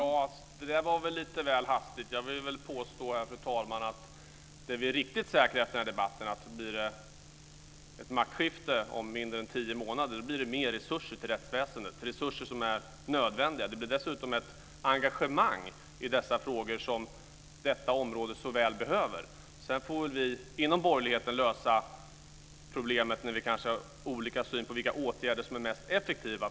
Fru talman! Det var lite väl hastigt. Det är en sak som vi är riktigt säkra på efter den här debatten, fru talman. Om det blir maktskifte om mindre än tio månader blir det mer resurser till rättsväsendet, och det är resurser som är nödvändiga. Det blir dessutom ett engagemang i dessa frågor som detta område såväl behöver. Sedan får vi inom borgerligheten lösa problemet med vår olika syn på vilka åtgärder som är mest effektiva.